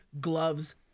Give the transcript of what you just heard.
gloves